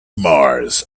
mars